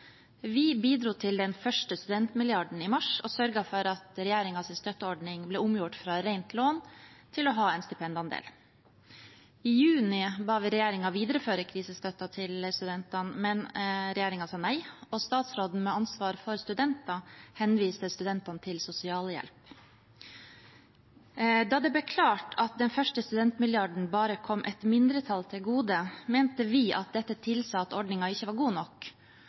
Vi bidro til den første studentmilliarden i mars og sørget for at regjeringens støtteordning ble omgjort fra rent lån til å ha en stipendandel. I juni ba vi regjeringen videreføre krisestøtten til studentene, men regjeringen sa nei. Statsråden med ansvar for studenter henviste studentene til sosialhjelp. Da det ble klart at den første studentmilliarden bare kom et mindretall til gode, mente vi at dette tilsa at ordningen ikke var god nok.